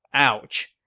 ouch!